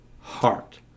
heart